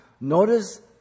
notice